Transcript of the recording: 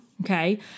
okay